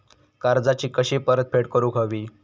कर्जाची कशी परतफेड करूक हवी?